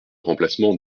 remplacement